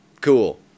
Cool